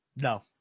No